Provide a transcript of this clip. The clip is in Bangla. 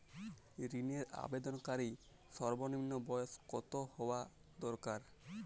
ঋণের আবেদনকারী সর্বনিন্ম বয়স কতো হওয়া দরকার?